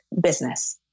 business